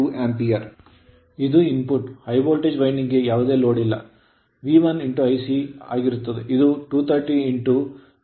ಈಗ input high voltage winding ಗೆ ಯಾವುದೇ ಲೋಡ್ ಇಲ್ಲ V1 I c ಆಗಿರುತ್ತದೆ